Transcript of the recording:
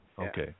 Okay